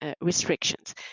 restrictions